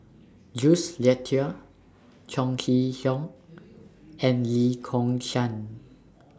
Jules Itier Chong Kee Hiong and Lee Kong Chian